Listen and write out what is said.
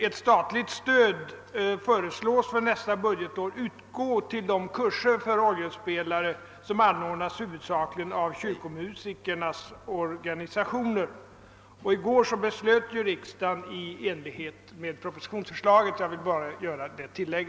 Ett statligt stöd föreslås utgå för nästa budgetår till de kurser för orgelspelare, som anordnas huvudsakligen av kyrkomusikernas organisationer. I går beslöt riksdagen i enlighet med propositionens förslag. Jag vill bara göra detta tillägg.